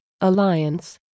alliance